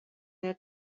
their